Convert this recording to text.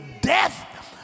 death